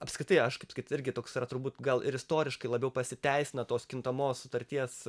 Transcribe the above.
apskritai aš kaip salyt irgi toks yra turbūt gal ir istoriškai labiau pasiteisina tos kintamos sutarties